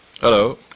hello